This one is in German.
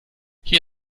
hier